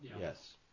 Yes